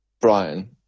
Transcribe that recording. Brian